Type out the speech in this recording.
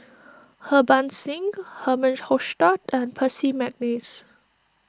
Harbans Singh Herman Hochstadt and Percy McNeice